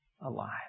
alive